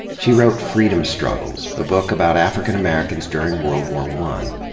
she wrote freedom struggles, a book about african americans during world war one.